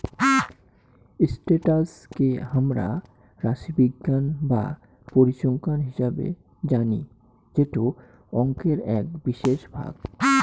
status কে হামরা রাশিবিজ্ঞান বা পরিসংখ্যান হিসেবে জানি যেটো অংকের এক বিশেষ ভাগ